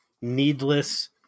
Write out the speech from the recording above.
needless